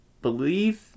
believe